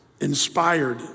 inspired